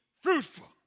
fruitful